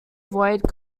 void